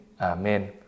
Amen